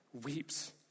weeps